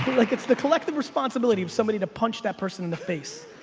like it's the collective responsibility of somebody to punch that person in the face.